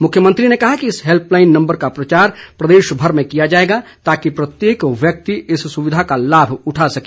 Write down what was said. मुख्यमंत्री ने कहा कि इस हैल्पलाईन नम्बर का प्रचार प्रदेशभर में किया जाएगा ताकि प्रत्येक व्यक्ति इस सुविधा का लाभ उठा सके